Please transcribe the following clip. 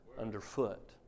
underfoot